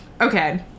Okay